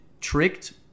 tricked